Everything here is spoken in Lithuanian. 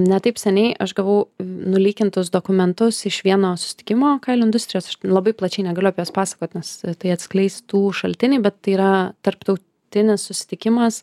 ne taip seniai aš gavau nulykintus dokumentus iš vieno susitikimo kailių industrijos labai plačiai negaliu apie juos pasakot nes tai atskleistų šaltinį bet tai yra tarptautinis susitikimas